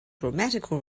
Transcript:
grammatical